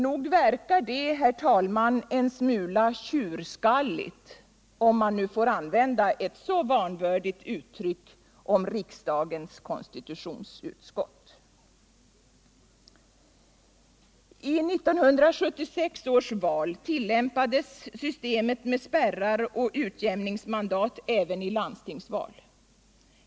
Nog verkar det, herr talman, en smula tjurskalligt, om man får använda ett så vanvördigt uttryck om riksdagens konstitutionsutskott. 1 1976 års val tillämpades systemet med spärrar och utjämningsmandat även i landstingsval.